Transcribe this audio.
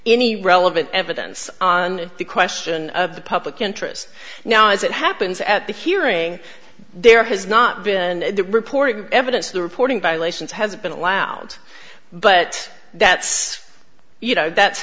any relevant evidence on the question of the public interest now as it happens at the hearing there has not been reported evidence the reporting violations has been allowed but that's you know that's